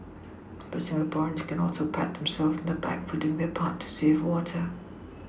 but Singaporeans can also pat themselves on the back for doing their part to save water